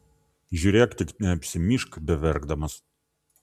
žiūrėk tik neapsimyžk beverkdamas